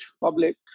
public